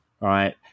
right